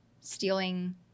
stealing